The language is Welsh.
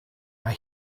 mae